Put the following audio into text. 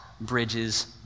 bridges